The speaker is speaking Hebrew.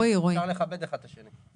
אפשר לכבד אחד את השני.